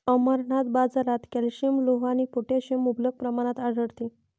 अमरनाथ, बाजारात कॅल्शियम, लोह आणि पोटॅशियम मुबलक प्रमाणात आढळते